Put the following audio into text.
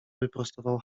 wyprostował